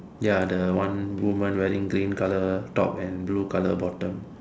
ya the one woman wearing green color top and blue color bottom